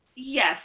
Yes